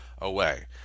away